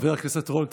חבר הכנסת רול,